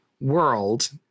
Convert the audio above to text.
world